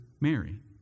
Mary